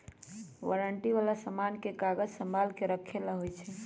warranty वाला समान के कागज संभाल के रखे ला होई छई